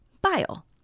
bile